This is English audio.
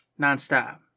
nonstop